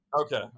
Okay